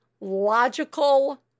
logical